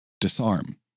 disarm